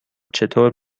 چطور